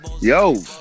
Yo